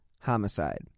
homicide